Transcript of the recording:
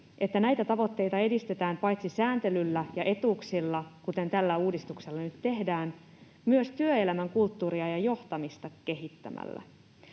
että näitä tavoitteita edistetään paitsi sääntelyllä ja etuuksilla, kuten tällä uudistuksella nyt tehdään, myös työelämän kulttuuria ja johtamista kehittämällä.